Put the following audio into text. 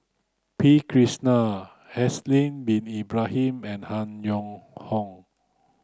P Krishnan Haslir Bin Ibrahim and Han Yong Hong